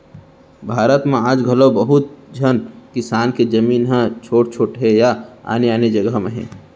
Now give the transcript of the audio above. भारत म आज घलौ बहुत झन किसान के जमीन ह छोट छोट हे या आने आने जघा म हे